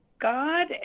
God